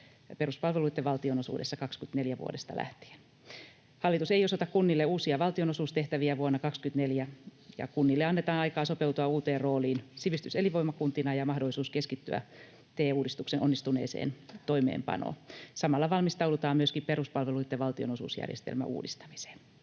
peruspalveluitten valtionosuudessa vuodesta 24 lähtien. Hallitus ei osoita kunnille uusia valtionosuustehtäviä vuonna 24. Kunnille annetaan aikaa sopeutua uuteen rooliin sivistys- ja elinvoimakuntina ja mahdollisuus keskittyä TE-uudistuksen onnistuneeseen toimeenpanoon. Samalla valmistaudutaan myöskin peruspalveluitten valtionosuusjärjestelmän uudistamiseen.